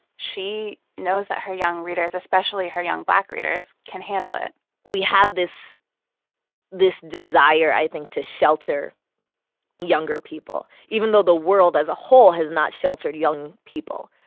she knows that her young readers, especially her young black readers, can handle it we have this this desire, i think, to shelter younger people, even though the world as a whole has not sheltered young people.